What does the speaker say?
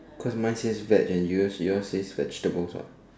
cause mine says veg and yours yours say vegetables what